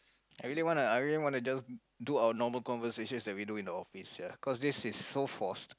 I really want a I really wanna just do our normal conversation that we do in the office sia cause this is so forced